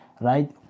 right